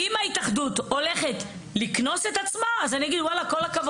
אם ההתאחדות הולכת לקנוס את עצמה אז אני אגיד כל הכבוד.